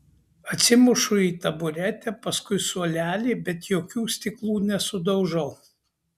atsimušu į taburetę paskui suolelį bet jokių stiklų nesudaužau